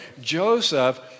Joseph